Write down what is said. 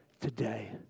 today